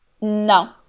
No